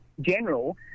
general